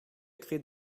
créer